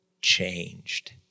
changed